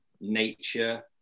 nature